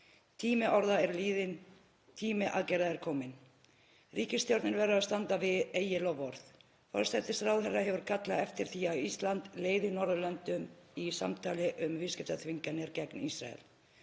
Tími orða er liðinn. Tími aðgerða er kominn. Ríkisstjórnin verður að standa við eigin loforð. Forsætisráðherra hefur kallað eftir því að Ísland leiði Norðurlöndin í samtali um viðskiptaþvinganir gegn Ísrael.